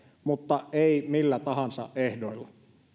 mutta ei millä tahansa ehdoilla